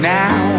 now